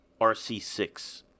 RC6